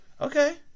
Okay